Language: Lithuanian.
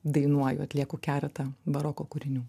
dainuoju atlieku keletą baroko kūrinių